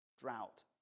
drought